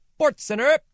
SportsCenter